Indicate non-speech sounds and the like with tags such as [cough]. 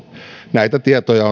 näitä tietoja [unintelligible]